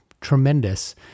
tremendous